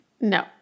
No